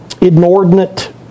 inordinate